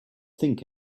think